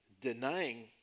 denying